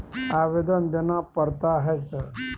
आवेदन देना पड़ता है सर?